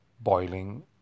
boiling